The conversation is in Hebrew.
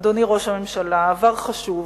אדוני ראש הממשלה, העבר חשוב,